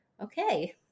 okay